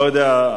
לא יודע,